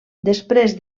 després